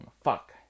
Fuck